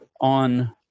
on